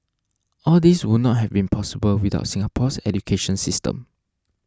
all these would not have been possible without Singapore's education system